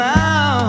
now